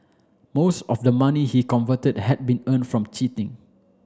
most of the money he converted had been earn from cheating